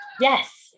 Yes